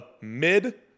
Mid